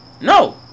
No